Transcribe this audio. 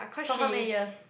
for how many years